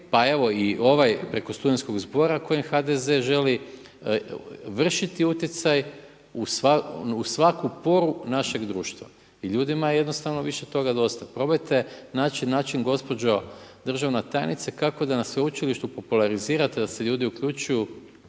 pa evo i ovaj preko Studentskog zbora kojem HDZ-e želi vrši utjecaj u svaku poru našeg društva i ljudima je jednostavno više toga dosta. Probajte naći način gospođo državna tajnice kako da na sveučilištu popularizirate da se ljudi uključuju,